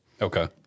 Okay